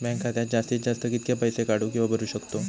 Bank खात्यात जास्तीत जास्त कितके पैसे काढू किव्हा भरू शकतो?